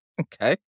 Okay